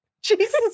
Jesus